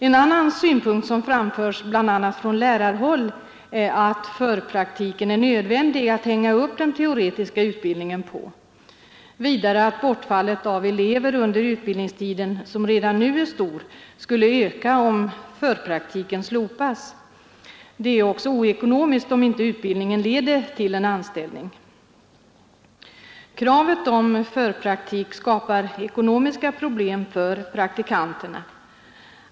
En annan synpunkt som framförs bl.a. från lärarhåll är att förpraktiken är nödvändig för att hänga upp den teoretiska utbildningen på, vidare att bortfallet av elever under utbildningstiden, vilket redan nu är stort, skulle öka om förpraktiken slopas. Det är också oekonomiskt om utbildningen inte leder fram till en anställning. Kravet på förpraktik skapar ekonomiska problem för praktikanterna.